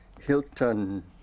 Hilton